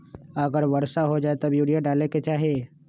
अगर वर्षा हो जाए तब यूरिया डाले के चाहि?